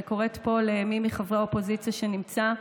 אני קוראת פה למי מחברי האופוזיציה שנמצא,